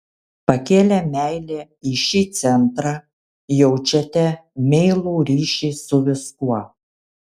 pakėlę meilę į šį centrą jaučiate meilų ryšį su viskuo